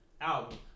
album